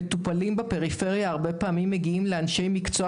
מטופלים בפריפריה הרבה פעמים מגיעים לאנשי מקצוע